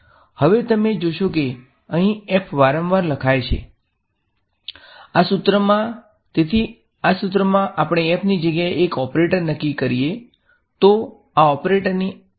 હવે તમે જોશો કે અહીં f વારંવાર લખાય છે આ સૂત્રમાંઆ સૂત્રમાં તેથી આપણે f ની જગ્યાએ એક ઓપરેટર નક્કી કરીએ તો આ ઓપરેટરની આપણે ડેલ ઓપરેટર કરીશું